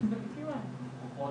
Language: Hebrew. חקיקה ולא